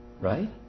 Right